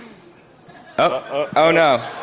oh, no.